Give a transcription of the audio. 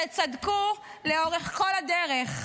שצדקו לאורך כל הדרך.